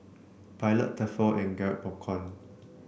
Pilot Tefal and Garrett Popcorn